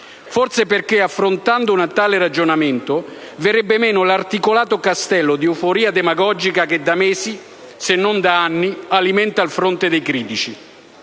Forse perché, affrontando un tale ragionamento, verrebbe meno l'articolato castello di euforia demagogica che da mesi - se non da anni - alimenta il fronte dei critici,